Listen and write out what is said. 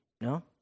no